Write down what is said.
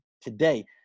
today